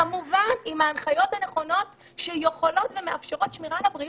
כמובן עם ההנחיות הנכונות שיכולות ומאפשרות שמירה על הבריאות.